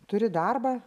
turi darbą